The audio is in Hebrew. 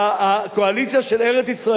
מה, השתגעת?